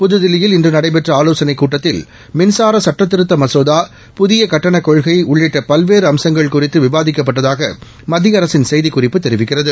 புத்தில்லியில் இன்று நடைபெற்ற ஆலோசனைக் கூட்டத்தில் மின்சார சுட்டத்திருத்த மகோதா புதிய கட்டணக் கொள்கை உள்ளிட்ட பல்வேறு அம்சங்கள் குறித்து விவாதிக்கப்பட்டதாக மத்திய அரசின் செய்திக்குறிப்பு தெரிவிக்கிறது